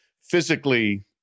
physically